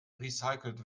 recycelt